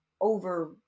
over